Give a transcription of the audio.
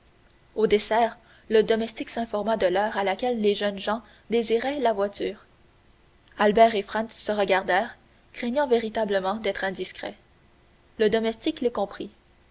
au dessert le domestique s'informa de l'heure à laquelle les jeunes gens désiraient la voiture albert et franz se regardèrent craignant véritablement d'être indiscrets le domestique les comprit